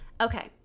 Okay